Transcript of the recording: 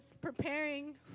preparing